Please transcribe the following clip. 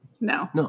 No